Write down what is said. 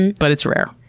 but it's rare.